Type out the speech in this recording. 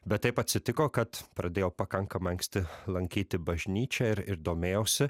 bet taip atsitiko kad pradėjau pakankamai anksti lankyti bažnyčią ir ir domėjausi